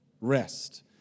rest